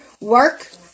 work